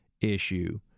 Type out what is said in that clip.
issue